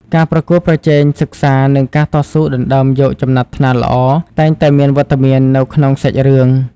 ការប្រកួតប្រជែងសិក្សា និងការតស៊ូដណ្តើមយកចំណាត់ថ្នាក់ល្អតែងតែមានវត្តមាននៅក្នុងសាច់រឿង។